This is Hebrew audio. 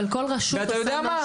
ואתה יודע מה?